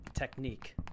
technique